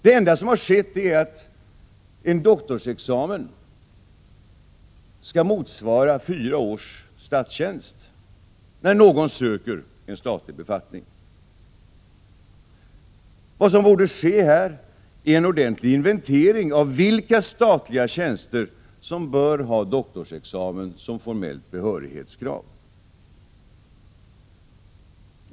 Det enda som har skett är att en doktorsexamen skall motsvara fyra års statstjänst när någon söker en statlig befattning. Vad som borde ske här är en ordentlig inventering av vilka statliga tjänster som bör ha doktorsexamen som formellt behörighetskrav.